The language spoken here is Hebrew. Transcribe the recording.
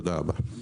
תודה רבה.